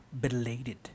belated